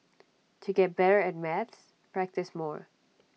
to get better at maths practise more